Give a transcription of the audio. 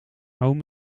oom